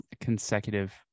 consecutive